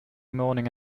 morning